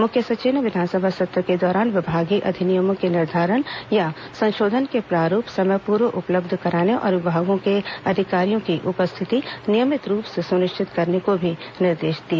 मुख्य सचिव ने विधानसभा सत्र के दौरान विभागीय अधिनियमों के निर्धारण या संशोधन के प्रारूप समयपूर्व उपलब्ध कराने और विभागों के अधिकारियों की उपस्थिति नियमित रूप से सुनिश्चित करने के भी निर्देश दिए